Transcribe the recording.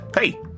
hey